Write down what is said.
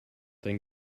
then